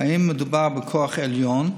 אם מדובר בכוח עליון,